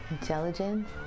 intelligent